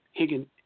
Higgin